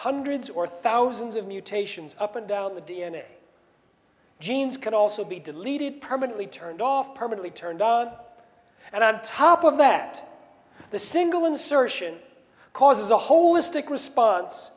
hundreds or thousands of mutations up and down the d n a genes can also be deleted permanently turned off permanently turned on and on top of that the single insertion causes a holistic response